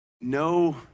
No